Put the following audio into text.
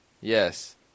Yes